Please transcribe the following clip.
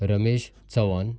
Ramesh Chavan